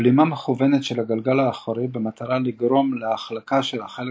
בלימה מכוונת של הגלגל האחורי במטרה לגרום להחלקה של החלק